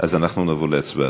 אז נעבור להצבעה.